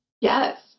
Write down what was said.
Yes